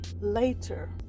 later